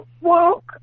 walk